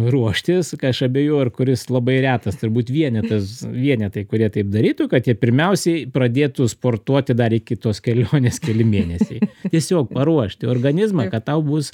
ruoštis ką aš abejoju ar kuris labai retas turbūt vienetas vienetai kurie taip darytų kad jie pirmiausiai pradėtų sportuoti dar iki tos kelionės keli mėnesiai tiesiog paruošti organizmą kad tau bus